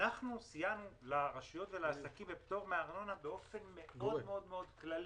אנחנו סייענו לרשויות ולעסקים בפטור מארנונה באופן מאוד מאוד כללי.